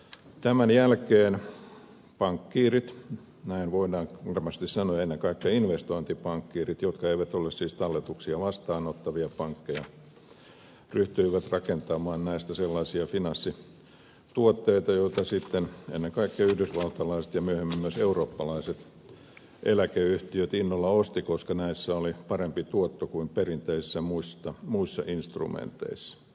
tämän jälkeen pankkiirit näin voidaan varmasti sanoa ja ennen kaikkea investointipankkiirit jotka eivät ole siis talletuksia vastaanottavia pankkeja ryhtyivät rakentamaan näistä sellaisia finanssituotteita joita sitten ennen kaikkea yhdysvaltalaiset ja myöhemmin myös eurooppalaiset eläkeyhtiöt innolla ostivat koska näissä oli parempi tuotto kuin perinteisissä muissa instrumenteissa